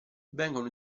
vengono